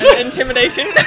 Intimidation